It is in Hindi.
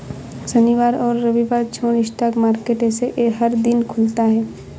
शनिवार और रविवार छोड़ स्टॉक मार्केट ऐसे हर दिन खुलता है